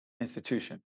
institution